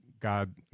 God